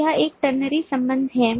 तो यह एक ternary संबंध है